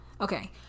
okay